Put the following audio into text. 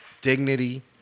Dignity